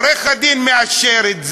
ועורך-הדין מאשר את זה,